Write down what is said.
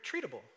treatable